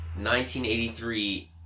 1983